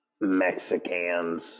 Mexicans